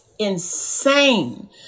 insane